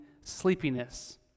sleepiness